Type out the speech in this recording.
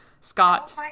Scott